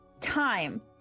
time